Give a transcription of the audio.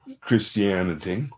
Christianity